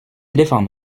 éléphants